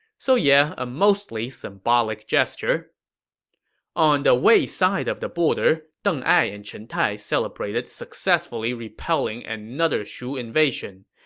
so yeah, a mostly symbolic gesture on the wei side of the border, deng ai and chen tai celebrated successfully repelling another shu invasion.